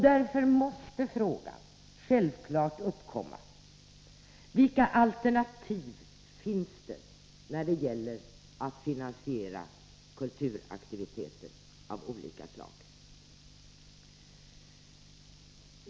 Därför måste självfallet frågan uppkomma: Vilka alternativ finns det när det gäller att finansiera kulturaktiviteter av olika slag?